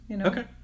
Okay